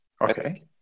Okay